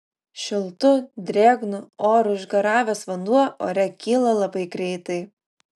šiltu drėgnu oru išgaravęs vanduo ore kyla labai greitai